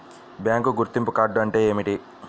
Bank గుర్తింపు card అంటే ఏమిటి?